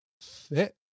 fit